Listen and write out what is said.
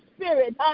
spirit